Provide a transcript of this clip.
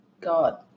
God